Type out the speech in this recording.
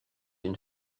une